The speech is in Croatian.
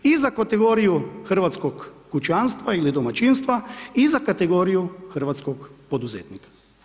I za kategoriju hrvatskog kućanstva ili domaćinstva i za kategorija hrvatskog poduzetnika.